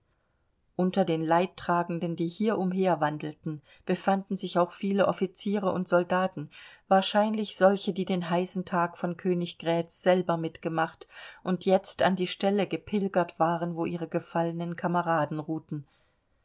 unter den leidtragenden die hier umher wandelten befanden sich auch viele offiziere und soldaten wahrscheinlich solche die den heißen tag von königgrätz selber mitgemacht und jetzt an die stelle gepilgert waren wo ihre gefallenen kameraden ruhten